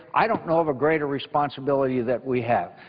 i don't know of a greater responsibility that we have.